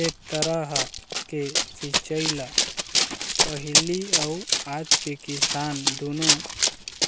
ए तरह के सिंचई ल पहिली अउ आज के किसान दुनो